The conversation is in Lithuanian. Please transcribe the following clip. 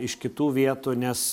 iš kitų vietų nes